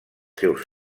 seus